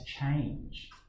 change